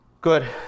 Good